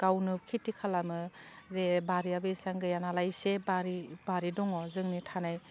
गावनो खेथि खालामो जे बारियाबो एसेबां गैया नालाय एसे बारि बारि दङ जोंनि थानाय